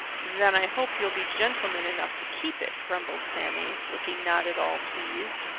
then i hope you'll be gentleman enough to keep it, grumbled sammy, looking not at all pleased.